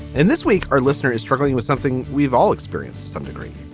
and this week, our listener is struggling with something we've all experienced some degree